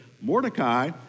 Mordecai